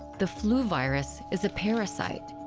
the flu virus is a parasite.